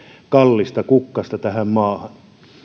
kallista kukkasta tähän maahan